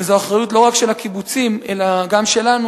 וזו לא רק אחריות של הקיבוצים אלא גם שלנו,